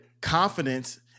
confidence